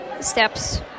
steps